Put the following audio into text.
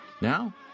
now